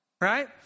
right